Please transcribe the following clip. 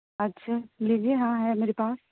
اچھا لیجیے ہاں ہے میرے پاس